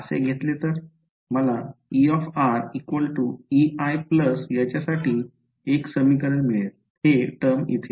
मला E Ei याच्यासाठी एक समीकरण मिळेल हे टर्म इथे